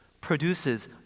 produces